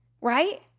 right